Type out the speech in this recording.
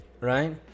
right